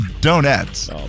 donuts